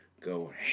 go